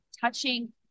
touching